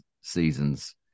seasons